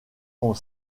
sont